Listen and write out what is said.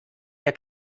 der